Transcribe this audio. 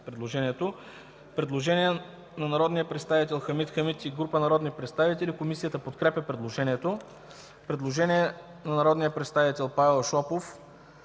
предложението. Има предложение от народния представител Хамид Хамид и група народни представители. Комисията подкрепя предложението. Предложение от народния представител Павел Шопов